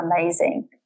amazing